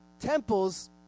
Temples